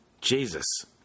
Jesus